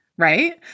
Right